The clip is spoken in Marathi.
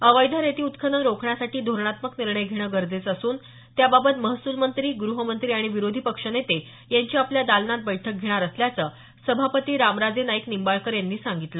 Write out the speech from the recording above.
अवैध रेती उत्खनन रोखण्यासाठी धोरणात्मक निर्णय घेणं गरजेचं असून त्याबाबत महसूल मंत्री गृहमंत्री आणि विरोधी पक्ष नेते यांची आपल्या दालनात बैठक घेणार असल्याचं सभापती रामराजे नाईक निंबाळकर यांनी सांगितलं